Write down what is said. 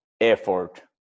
effort